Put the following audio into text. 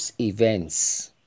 events